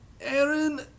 Aaron